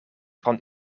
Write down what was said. van